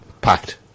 packed